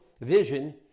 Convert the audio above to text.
vision